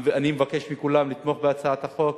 אני מבקש מכולם לתמוך בהצעת החוק,